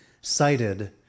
cited